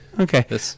Okay